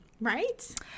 right